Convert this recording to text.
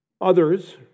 Others